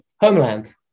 homeland